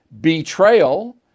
Betrayal